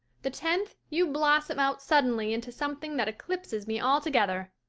the tenth you blossom out suddenly into something that eclipses me altogether.